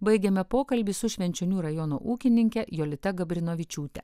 baigiame pokalbį su švenčionių rajono ūkininke jolita gabrinovičiūte